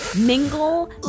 mingle